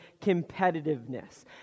competitiveness